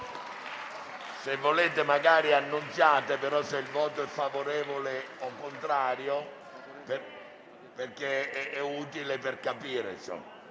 Se volete, annunziate se il voto è favorevole o contrario perché è utile per capire.